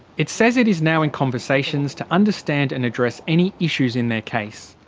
it says it is now in conversations to understand and address any issues in their case.